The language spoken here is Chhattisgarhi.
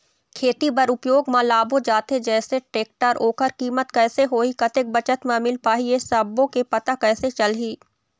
खेती बर उपयोग मा लाबो जाथे जैसे टेक्टर ओकर कीमत कैसे होही कतेक बचत मा मिल पाही ये सब्बो के पता कैसे चलही?